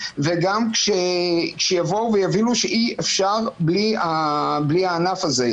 וגם שיבינו שאי-אפשר בלי הענף הזה.